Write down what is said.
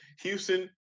Houston